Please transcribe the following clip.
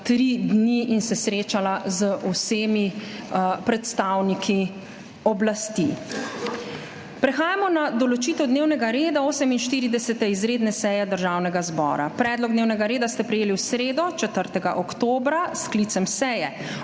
tri dni in srečala z vsemi predstavniki oblasti. Prehajamo na **določitev dnevnega reda** 48. izredne seje Državnega zbora. Predlog dnevnega reda ste prejeli v sredo, 4. oktobra, s sklicem seje.